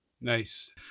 Nice